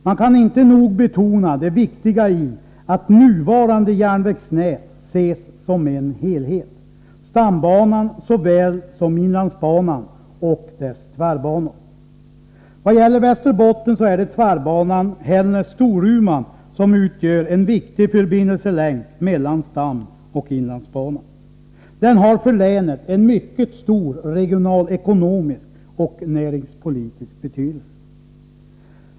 Man kan inte nog betona det viktiga i att nuvarande järnvägsnät ses som en helhet — stambanan såväl som inlandsbanan och dess tvärbanor. Vad gäller Västerbotten är det tvärbanan Hällnäs-Storuman som utgör en viktig förbindelselänk mellan stamoch inlandsbanorna. Denna har för länet en mycket stor regionalekonomisk och näringspolitisk betydelse.